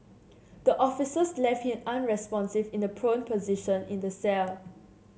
the officers left him unresponsive in the prone position in the cell